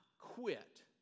quit